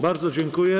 Bardzo dziękuję.